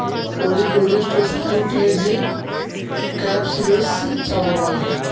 olitorius टोसा jute हई जे केपसुलरिस से अच्छा होवऽ हई